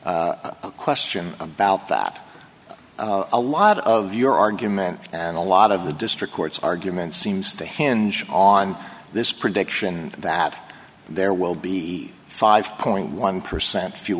a question about that a lot of your argument and a lot of the district court's argument seems to hinge on this prediction that there will be five point one percent few